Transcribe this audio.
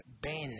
Ben